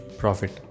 profit